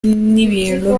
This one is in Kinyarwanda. ibintu